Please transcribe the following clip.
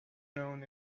known